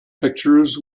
pictures